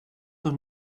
noch